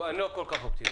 עופר, אני לא כל כך אופטימי.